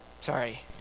sorry